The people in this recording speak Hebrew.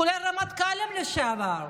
כולל רמטכ"לים לשעבר,